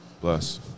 Bless